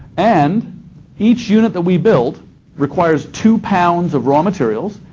and each unit that we build requires two pounds of raw materials,